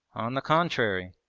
on the contrary,